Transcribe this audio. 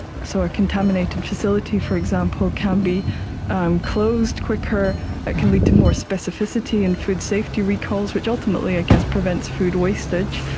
so a contaminated facility, for example, can be closed quicker, it can lead to more specificity and food safety recalls which ultimately i guess prevents food wastage.